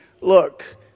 Look